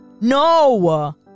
No